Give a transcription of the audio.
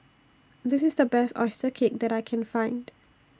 This IS The Best Oyster Cake that I Can Find